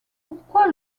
pourquoi